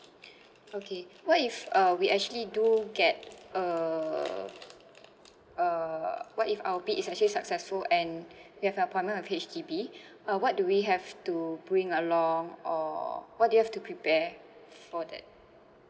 okay what if uh we actually do get uh uh what if our pick is actually successful and we have a partner with H_D_B uh what do we have to bring along or what do we have to prepare for that